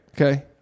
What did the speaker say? Okay